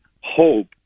hope